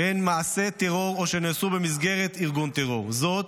שהן מעשי טרור או שנעשו במסגרת ארגון טרור, זאת,